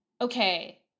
Okay